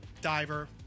diver